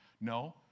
No